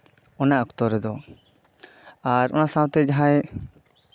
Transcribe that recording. ᱚᱱᱟ ᱚᱠᱛᱚ ᱨᱮᱫᱚ ᱟᱨ ᱚᱱᱟ ᱥᱟᱶᱛᱮ ᱡᱟᱦᱟᱸᱭ